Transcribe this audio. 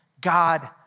God